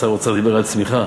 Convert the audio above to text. שר האוצר דיבר על צמיחה?